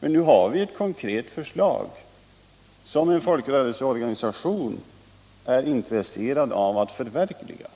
Men nu har vi ett konkret förslag, som en folkrörelseorganisation är intresserad av att förverkliga